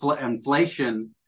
inflation